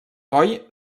coll